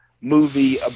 movie